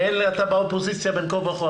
ואתה באופוזיציה בין כה וכה,